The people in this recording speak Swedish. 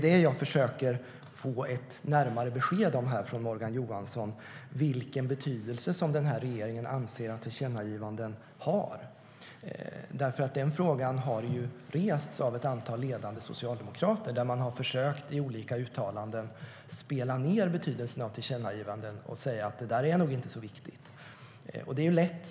Det jag försöker få ett närmare besked om här från Morgan Johansson är vilken betydelse regeringen anser att tillkännagivanden har. Den frågan har rests av ett antal ledande socialdemokrater, som i olika uttalanden har försökt tona ned betydelsen av tillkännagivanden och säga att de nog inte är så viktiga.